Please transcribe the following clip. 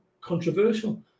controversial